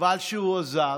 וחבל שהוא עזב,